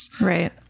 Right